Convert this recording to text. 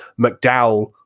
McDowell